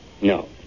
No